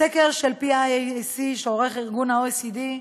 סקר PIAAC שעורך ארגון ה-OECD,